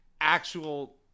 actual